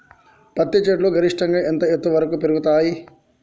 పత్తి చెట్లు గరిష్టంగా ఎంత ఎత్తు వరకు పెరుగుతయ్?